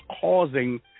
causing